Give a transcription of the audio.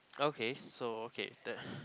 okay so okay that